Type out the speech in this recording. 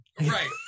Right